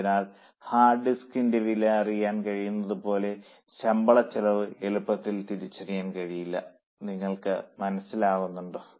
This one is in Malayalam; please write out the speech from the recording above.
അതിനാൽ ഹാർഡ് ഡിസ്കിന്റെ വില അറിയാൻ കഴിയുന്നത് പോലെ ശമ്പളച്ചെലവ് എളുപ്പത്തിൽ തിരിച്ചറിയാൻ കഴിയില്ല നിങ്ങൾക്ക് മനസിലാകുന്നുണ്ടോ